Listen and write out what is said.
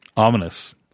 Ominous